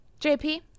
JP